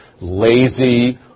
lazy